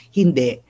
hindi